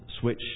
switch